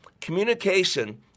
communication